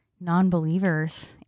non-believers